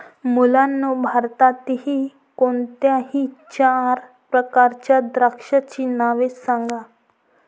मुलांनो भारतातील कोणत्याही चार प्रकारच्या द्राक्षांची नावे सांगा